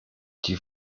die